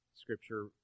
Scripture